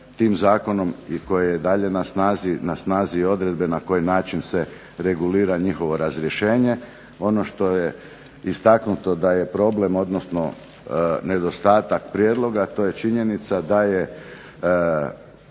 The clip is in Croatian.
tim zakonom i koji je dalje na snazi, na snazi odredbe na koji način se regulira njihovo razrjeđenje, ono što je istaknuto da je problem, odnosno nedostatak prijedloga, to je činjenica da je